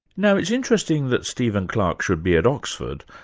now it's interesting that stephen clarke should be at oxford,